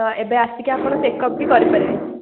ତ ଏବେ ଆସିକି ଆପଣ ଚେକଅପ୍ ବି କରିପାରିବେ